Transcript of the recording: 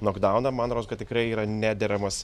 nokdauną man rodos kad tikrai yra nederamas